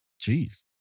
Jeez